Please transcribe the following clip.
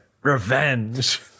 revenge